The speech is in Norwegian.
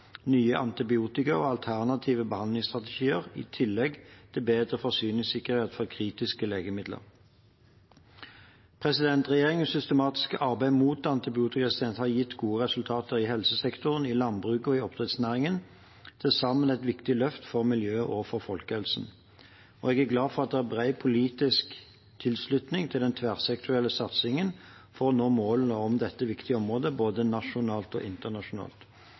nye antibiotika og alternative behandlingsstrategier – i tillegg til å bedre forsyningssikkerheten for kritiske legemidler. Regjeringens systematiske arbeid mot antibiotikaresistens har gitt gode resultater i helsesektoren, i landbruket og i oppdrettsnæringen – til sammen et viktig løft for miljøet og for folkehelsen. Jeg er glad for at det er bred politisk tilslutning til den tverrsektorielle satsingen for å nå målene på dette viktige området både nasjonalt og internasjonalt.